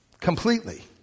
Completely